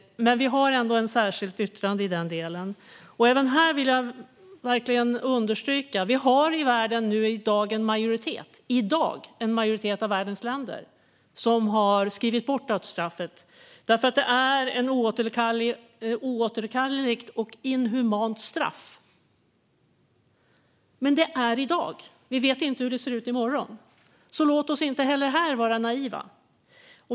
Men vi har ändå ett särskilt yttrande i den delen. Här vill jag verkligen understryka att en majoritet av världens länder i dag har skrivit bort dödsstraffet, eftersom det är ett oåterkalleligt och inhumant straff. Men det är i dag, och vi vet inte hur det ser ut i morgon - så låt oss inte heller här vara naiva.